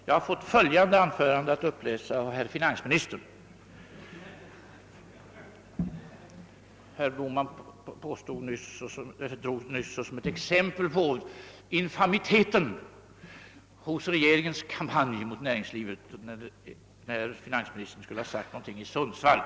Jag har fått ett anförande att läsa upp av herr finansministern. Herr Bohman föredrog nyss såsom ett exempel på infamiteten hos regeringens kampanj mot näringslivet att finansministern skulle ha sagt någonting i Sundsvall.